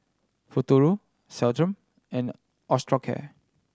Futuro Centrum and Osteocare